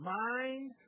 mind